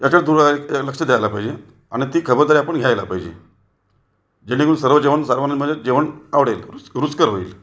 त्याच्यावर थाेडं लक्ष द्यायला पाहिजे आणि ती खबरदारी आपण घ्यायला पाहिजे जेणेकरून सर्व जेवण सर्वांनी मंजे जेवण आवडेल रुचकर होईल